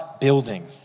building